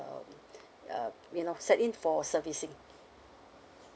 um uh you know send in for servicing